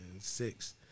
Six